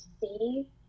see